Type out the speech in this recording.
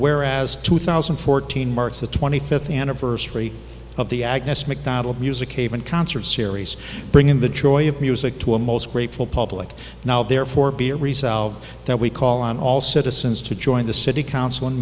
where as two thousand and fourteen marks the twenty fifth anniversary of the agnes mcdonald music cavan concert series bringing the joy of music to a most grateful public now therefore be a resolve that we call on all citizens to join the city council